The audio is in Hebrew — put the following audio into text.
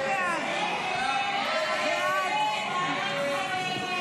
הסתייגות 179 לא נתקבלה.